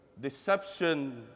deception